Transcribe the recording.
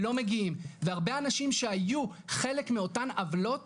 לא מגיעים והרבה אנשים שהיו חלק מאותן עוולות